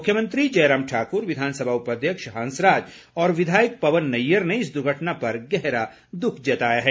मुख्यमंत्री जयराम ठाकुर विधानसभा उपाध्यक्ष हंसराज और विधायक पवन नैय्यर ने इस दुर्घटना पर गहरा दुःख जताया है